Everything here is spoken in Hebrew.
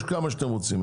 את זה יש כמה שאתם רוצים,